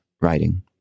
writing